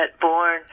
born